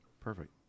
Perfect